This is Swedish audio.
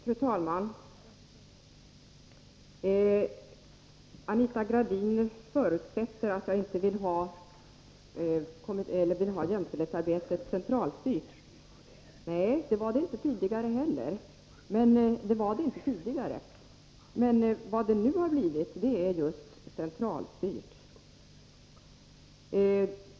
Fru talman! Anita Gradin förutsätter att jag inte vill ha jämställdhetsarbetet centralstyrt. Nej, det vill jag inte, och det var det inte tidigare, men vad det nu har blivit är just centralstyrt.